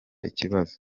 ikibazo